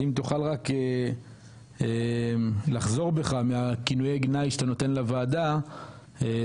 אם תוכל לחזור בך מכינויי הגנאי שאתה נותן לוועדה בניגוד